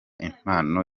impano